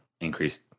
increased